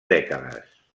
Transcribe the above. dècades